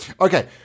Okay